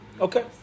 Okay